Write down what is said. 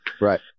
Right